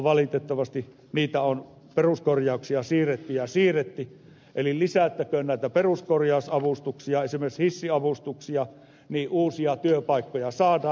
valitettavasti niitä peruskorjauksia on siirretty ja siirretty eli lisättäköön näitä peruskorjausavustuksia esimerkiksi hissiavustuksia niin uusia työpaikkoja saadaan